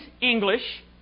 English